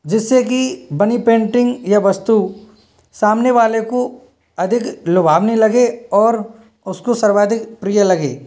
जिससे की बनी पेंटिंग या वस्तु सामने वाले को अधिक लुभावनी लगे और उसको सर्वाधिक प्रिय लगे